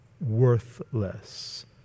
worthless